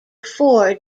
four